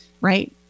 right